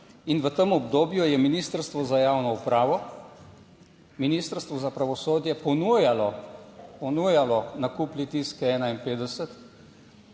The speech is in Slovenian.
in v tem obdobju je Ministrstvo za javno upravo Ministrstvu za pravosodje ponujalo ponujalo nakup